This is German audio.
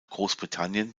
großbritannien